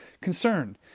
concern